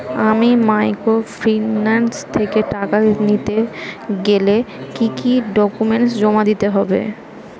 আমি মাইক্রোফিন্যান্স থেকে টাকা নিতে গেলে কি কি ডকুমেন্টস জমা দিতে হবে?